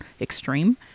extreme